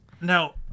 Now